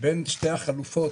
בין שתי החלופות,